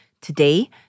Today